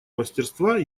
мастерства